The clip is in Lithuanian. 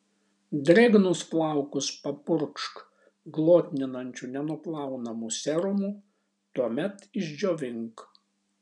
drėgnus plaukus papurkšk glotninančiu nenuplaunamu serumu tuomet išdžiovink